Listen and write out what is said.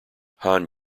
han